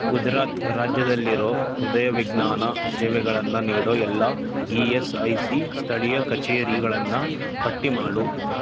ಗುಜರಾತ ರಾಜ್ಯದಲ್ಲಿರೊ ಹೃದಯವಿಜ್ಞಾನ ಸೇವೆಗಳನ್ನು ನೀಡೊ ಎಲ್ಲ ಇ ಎಸ್ ಐ ಸಿ ಸ್ಥಳೀಯ ಕಚೇರಿಗಳನ್ನು ಪಟ್ಟಿ ಮಾಡು